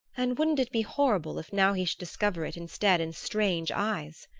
and wouldn't it be horrible if now he should discover it instead in strange eyes